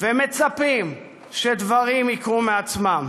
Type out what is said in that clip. ומצפים שדברים יקרו מעצמם.